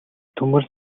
төмөр